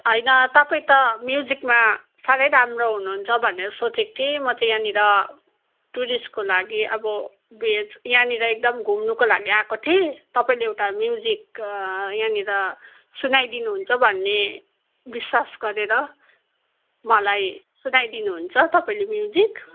होइन तपाईँ त म्युजिकमा साह्रै राम्रो हुनुहुन्छ भनेर सोचेको थिएँ म त यहाँनिर टुरिस्टको लागि अब यहाँनिर एकदम घुम्नुको लागि आएको थिएँ तपाईँले एउटा म्युजिक यहाँनिर सुनाइ दिनुहुन्छ भन्ने विश्वास गरेर मलाई सुनाइ दिनुहुन्छ तपाईँले म्युजिक